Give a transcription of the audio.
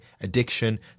addiction